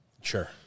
Sure